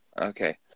Okay